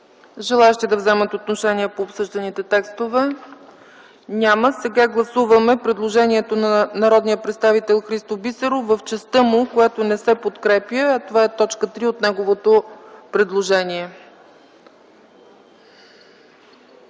Желаещи да вземат отношение по обсъжданите текстове? Няма. Сега гласуваме предложението на народния представител Христо Бисеров в частта му, която не се подкрепя, а това е т. 3 от неговото предложение.